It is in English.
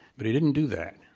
but he didn't do that.